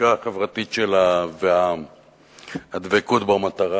והחקיקה החברתית שלה, והדבקות במטרה.